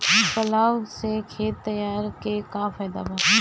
Plough से खेत तैयारी के का फायदा बा?